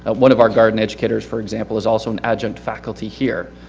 ah one of our garden educators, for example is also an adjunct faculty here.